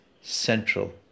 central